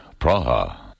Praha